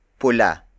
pula